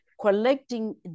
collecting